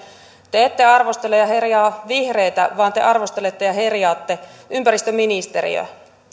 te ette arvostele ja herjaa vihreitä vaan te arvostelette ja herjaatte ympäristöministeriötä